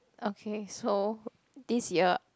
okay so this year